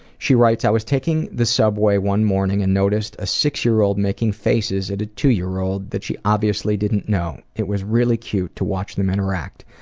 she writes i was taking the subway one morning and noticed a six-year-old making faces at a two-year-old that she obviously didn't know. i was really cute to watch them interact.